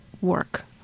work